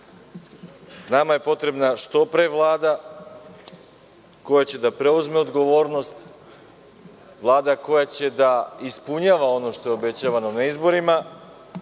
nam je Vlada što pre koja će da preuzme odgovornost, Vlada koja će da ispunjava ono što je obećavano na izborima